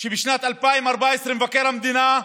שבשנת 2014, מבקר המדינה,